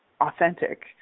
authentic